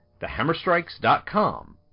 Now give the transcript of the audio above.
TheHammerStrikes.com